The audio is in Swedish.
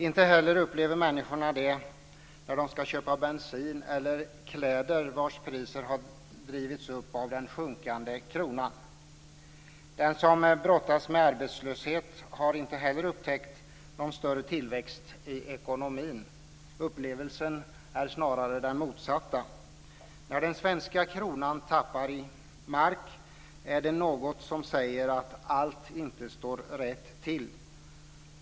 Inte heller upplever människor det när de ska köpa bensin eller kläder vars priser har drivits upp av den sjunkande kronan. De som brottas med arbetslöshet har inte heller upptäckt någon större tillväxt i ekonomin. Upplevelsen är snarare den motsatta. När den svenska kronan tappar mark är det något som säger att allt inte står rätt till.